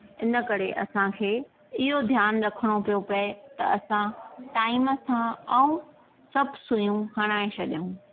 इन करे असांखे इहो ध्यानु रखिणो पियो पए त असां टाइम सां ऐं सभु सुइयूं हणाए छॾियूं